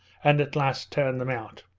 and at last turned them out.